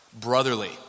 brotherly